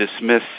dismiss